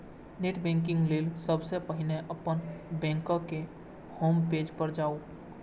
net banking लेल सबसं पहिने अपन बैंकक होम पेज पर जाउ